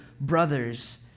brothers